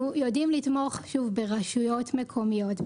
אנחנו יודעים לתמוך ברשויות מקומיות,